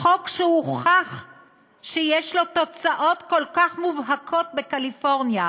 החוק שהוכח שיש לו תוצאות כל כך מובהקות בקליפורניה,